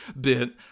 bit